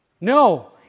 No